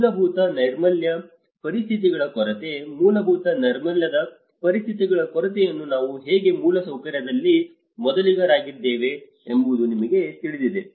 ಮೂಲಭೂತ ನೈರ್ಮಲ್ಯ ಪರಿಸ್ಥಿತಿಗಳ ಕೊರತೆ ಮೂಲಭೂತ ನೈರ್ಮಲ್ಯದ ಪರಿಸ್ಥಿತಿಗಳ ಕೊರತೆಯನ್ನು ನಾವು ಹೇಗೆ ಮೂಲಸೌಕರ್ಯದಲ್ಲಿ ಮೊದಲಿಗರಾಗಿದ್ದೇವೆ ಎಂಬುದು ನಿಮಗೆ ತಿಳಿದಿದೆ